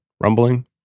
Rumbling